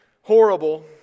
horrible